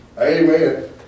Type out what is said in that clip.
Amen